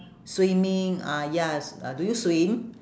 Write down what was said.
swimming ah ya s~ uh do you swim